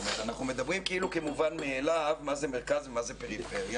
אנחנו מדברים כאילו כמובן מאליו מה זה מרכז ומה זה פריפריה